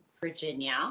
virginia